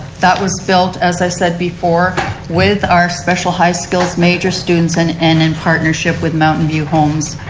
that was built as i said before with our special high skills major students and and in partnership with mountain view homes.